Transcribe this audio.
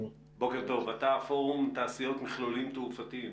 פורום תעשיות מכלולים תעופתיים,